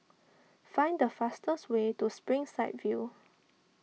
find the fastest way to Springside View